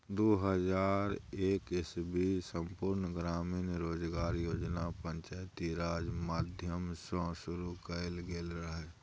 दु हजार एक इस्बीमे संपुर्ण ग्रामीण रोजगार योजना पंचायती राज माध्यमसँ शुरु कएल गेल रहय